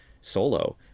solo